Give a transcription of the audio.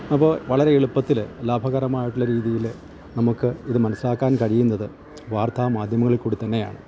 അപ്പോൾ വളരെ എളുപ്പത്തില് ലാഭകരമായിട്ടുള്ള രീതിയില് നമുക്ക് ഇത് മനസ്സാക്കാൻ കഴിയുന്നത് വാർത്താ മാധ്യമങ്ങളിൽ കൂടി തന്നെയാണ്